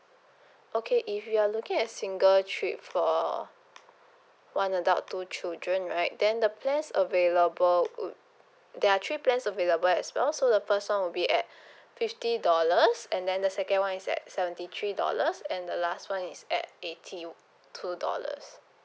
okay if you're looking at single trip for one adult two children right then the plans available would there are three plans available as well so the first [one] will be at fifty dollars and then the second [one] is at seventy three dollars and the last [one] is at eighty two dollars